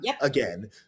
again